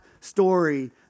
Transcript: story